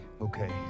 okay